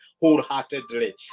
wholeheartedly